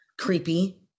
creepy